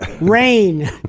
Rain